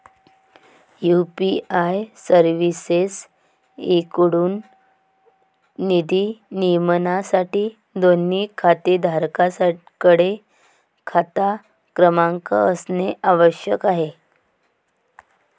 UPI सर्व्हिसेसएकडून निधी नियमनासाठी, दोन्ही खातेधारकांकडे खाता क्रमांक असणे आवश्यक आहे